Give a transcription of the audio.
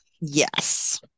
Yes